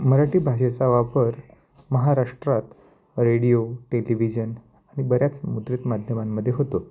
मराठी भाषेचा वापर महाराष्ट्रात रेडिओ टेलिव्हिजन आणि बऱ्याच मुद्रित माध्यमांमध्ये होतो